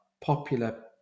popular